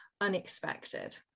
unexpected